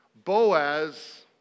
Boaz